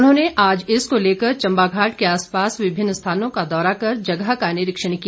उन्होंने आज इसको लेकर चम्बाघाट के आसपास विभिन्न स्थानों का दौरा कर जगह का निरीक्षण किया